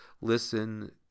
listen